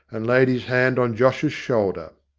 and laid his hand on josh's shoulder.